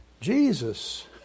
Jesus